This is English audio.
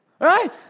right